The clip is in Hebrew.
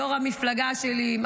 יו"ר המפלגה שלי,